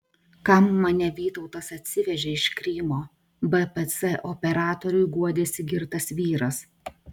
kam mane vytautas atsivežė iš krymo bpc operatoriui guodėsi girtas vyras